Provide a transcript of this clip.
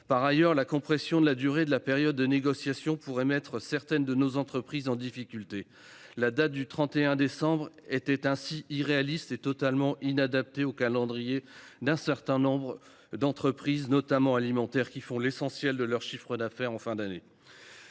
Par ailleurs, la compression de la durée de la période de négociation pourrait mettre en difficulté certaines de nos entreprises. La date du 31 décembre était ainsi irréaliste et totalement inadaptée au calendrier d’un certain nombre d’établissements, notamment alimentaires, qui font l’essentiel de leur chiffre d’affaires en fin d’année.